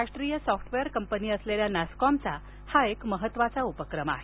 राष्ट्रीय software company असलेल्या नॅसकॉमचा हा एक महत्त्वाचा उपक्रम आहे